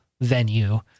venue